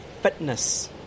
fitness